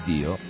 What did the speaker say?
Dio